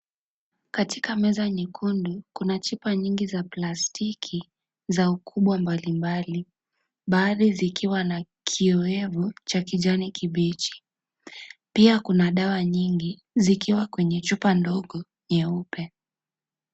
Katika meza nyekundu kuna chupa mingi za plastiki za ukubwa mbali mbali baadhi zikiwa na kiowevu cha kijani kibichi. Pia kuna dawa nyingi zikiwa kwenye chupa ndogo nyeupe.